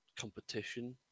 competition